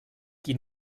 qui